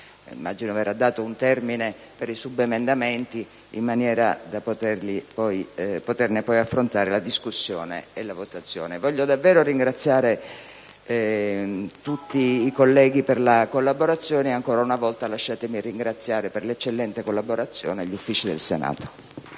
immagino verrà stabilito un termine per la presentazione di subemendamenti, in maniera da poterne affrontare la discussione e la votazione. Voglio davvero ringraziare tutti i colleghi per la collaborazione e ancora una volta lasciatemi ringraziare per l'eccellente collaborazione gli Uffici del Senato.